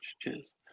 Cheers